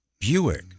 Buick